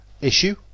issue